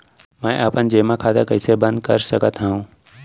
मै अपन जेमा खाता कइसे बन्द कर सकत हओं?